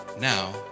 Now